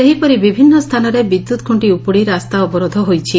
ସେହିପରି ବିଭିନ୍ନ ସ୍ଥାନରେ ବିଦ୍ୟୁତ୍ ଖୁକ୍କି ଉପୁଡ଼ି ରାସ୍ତା ଅବରୋଧ ହୋଇଛି